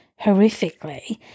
horrifically